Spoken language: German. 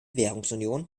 währungsunion